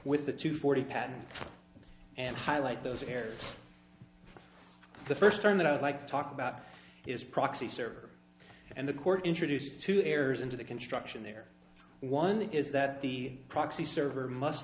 with the two forty patents and highlight those errors the first term that i'd like to talk about is proxy server and the court introduced two errors into the construction there one is that the proxy server must